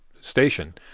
station